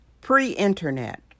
pre-internet